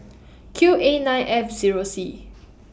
Q A nine F Zero C